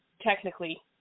technically